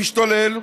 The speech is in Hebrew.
להשתולל.